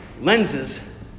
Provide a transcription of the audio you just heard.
Lenses